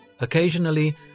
Occasionally